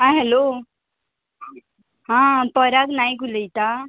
आं हॅलो आं पराग नायक उलयता